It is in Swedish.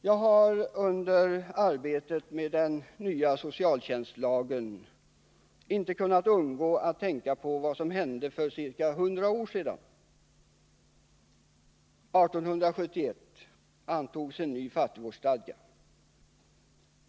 Jag har under arbetet med den nya socialtjänstlagen inte kunnat undgå att tänka på vad som hände för ca 100 år sedan. 1871 antogs en ny fattigvårdsstadga.